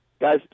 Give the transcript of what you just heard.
Guys